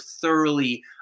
thoroughly